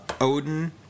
Odin